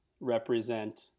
represent